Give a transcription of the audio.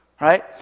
right